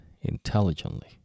intelligently